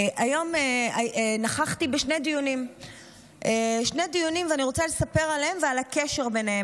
היום נכחתי בשני דיונים ואני רוצה לספר עליהם ועל הקשר ביניהם.